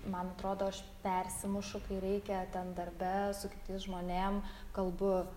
man atrodo aš persimu kai reikia ten darbe su kitais žmonėm kalbu